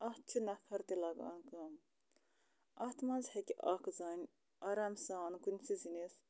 اَتھ چھِ نَفر تہِ لَگان کَم اَتھ منٛز ہیٚکہِ اَکھ زٔنۍ آرام سان کُنسٕے زٔنِس